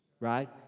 Right